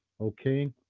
Okay